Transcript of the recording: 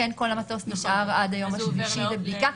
כל המטוס נשאר עד היום השלישי לבדיקה.